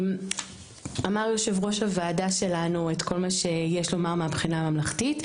אמר יושב-ראש הוועדה שלנו את כל מה שיש לומר מהבחינה הממלכתית.